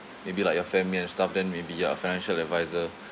maybe like your family and stuff then maybe ya financial advisor